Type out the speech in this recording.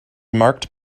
marked